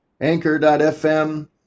anchor.fm